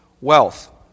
wealth